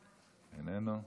איננו.